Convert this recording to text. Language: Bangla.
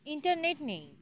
ইন্টারনেট নেই